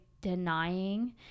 denying